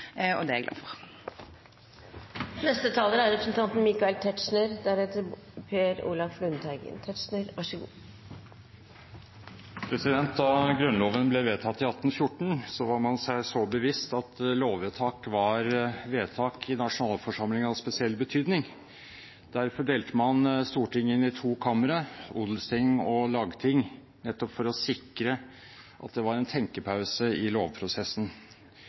og det er jeg glad for. Da Grunnloven ble vedtatt i 1814, var man bevisst på at lovvedtak var vedtak i nasjonalforsamlingen av spesiell betydning. Derfor delte man Stortinget inn i to kamre, odelsting og lagting, nettopp for å sikre en tenkepause i lovprosessen.